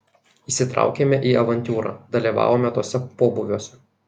įsitraukėme į avantiūrą dalyvavome tuose pobūviuose